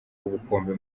ubukombe